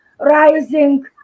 rising